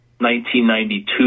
1992